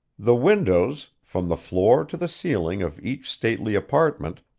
the windows, from the floor to the ceiling of each stately apartment,